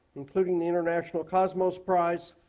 including the international cosmos prize,